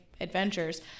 adventures